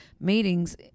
meetings